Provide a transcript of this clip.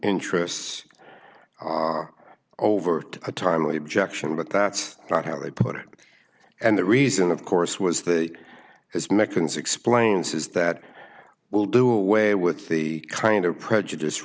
interests over a timely objection but that's not how they put it and the reason of course was that his meccans explains is that it will do away with the kind of prejudice